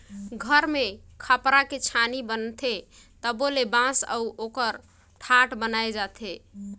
घर मे खपरा के छानी बनाथे तबो ले बांस अउ ओकर ठाठ बनाये जाथे